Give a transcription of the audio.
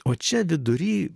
o čia vidury